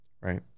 right